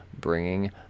bringing